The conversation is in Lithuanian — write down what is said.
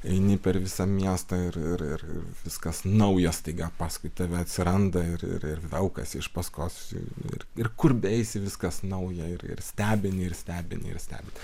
eini per visą miestą ir ir ir viskas nauja staiga paskui tave atsiranda ir ir velkasi iš paskos ir ir kur beisi viskas nauja ir ir stebini ir stebini ir stebini